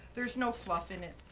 there's no fluff in it,